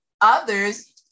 others